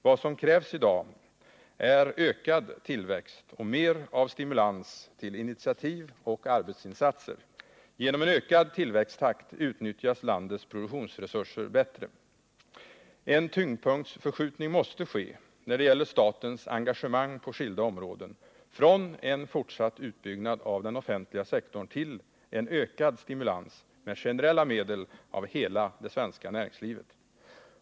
Vad som krävs i dag är ökad tillväxt och mer av stimulans till initiativ och arbetsinsatser. Genom en ökad tillväxttakt utnyttjas landets produktionsresurser bättre. En tyngdpunktsförskjutning måste ske när det gäller statens engagemang på skilda områden, från en fortsatt utbyggnad av den offentliga sektorn till en ökad stimulans med generella medel av hela det svenska näringslivet.